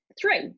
three